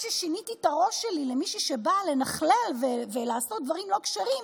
כששיניתי את הראש שלי למי שבאה "לנכלל" ולעשות דברים לא כשרים,